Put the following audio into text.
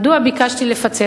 מדוע ביקשתי לפצל?